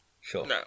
Sure